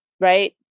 right